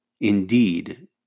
indeed